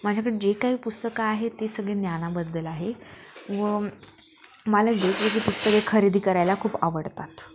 माझ्याकडे जे काही पुस्तकं आहे ते सगळी ज्ञानाबद्दल आहे व मला वेगवेगळी पुस्तके खरेदी करायला खूप आवडतात